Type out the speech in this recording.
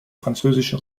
französische